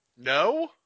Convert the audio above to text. No